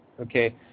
Okay